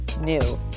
new